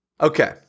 Okay